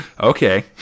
Okay